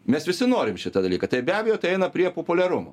mes visi norim šitą dalyką tai be abejo tai eina prie populiarumo